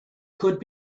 could